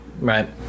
Right